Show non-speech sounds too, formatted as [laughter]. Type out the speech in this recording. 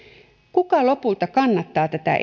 kuka lopulta kannattaa tätä [unintelligible]